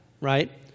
right